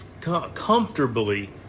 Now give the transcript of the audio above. comfortably